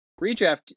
redraft